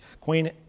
Queen